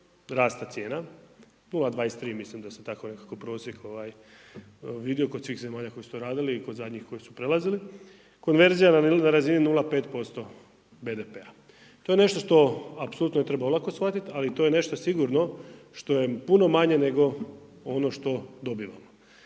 rasta cijena, 0,23, mislim da sam tako nekako prosjek vidio kod svih zemalja koje su to radili i kod zadnjih koji su prelazili. Konverzija na razini 0,5% BDP-a. To je nešto što apsolutno ne treba olako shvatiti ali to je nešto sigurno što je puno manje nego ono što dobivamo.